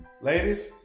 ladies